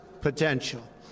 potential